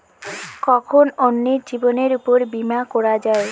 কখন অন্যের জীবনের উপর বীমা করা যায়?